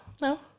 No